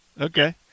Okay